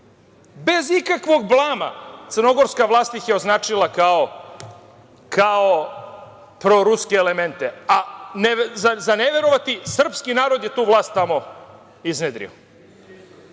ikakvog blama crnogorska vlast ih je označila kao proruske elemente, a za neverovati srpski narod je tu vlast tamo iznedrio.